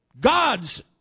God's